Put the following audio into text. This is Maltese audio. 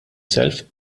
self